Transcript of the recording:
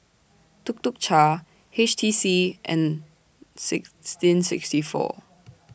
Tuk Tuk Cha H T C and sixteen sixty four